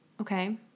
Okay